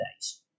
days